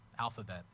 alphabet